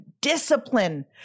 discipline